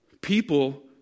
people